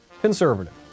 conservative